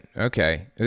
Okay